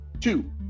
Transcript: Two